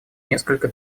несколько